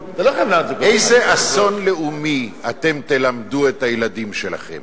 על איזה אסון לאומי אתם תלמדו את הילדים שלכם?